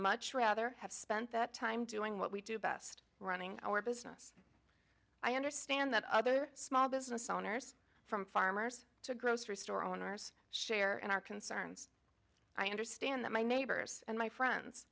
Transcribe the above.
much rather have spent that time doing what we do best running our business i understand that other small business owners from farmers to grocery store owners share and our concerns i understand that my neighbors and my friends